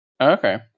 Okay